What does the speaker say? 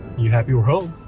you happy we're home?